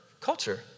culture